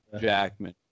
Jackman